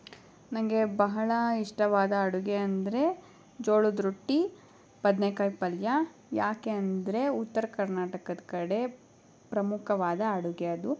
ನನಗೆ ಬಹಳ ಇಷ್ಟವಾದ ಅಡುಗೆ ಅಂದರೆ ಜೋಳದ ರೊಟ್ಟಿ ಬದ್ನೇಕಾಯಿ ಪಲ್ಯ ಯಾಕೆ ಅಂದರೆ ಉತ್ತರ ಕರ್ನಾಟಕದ ಕಡೆ ಪ್ರಮುಖವಾದ ಅಡುಗೆ ಅದು